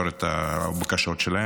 הפניות שלהם.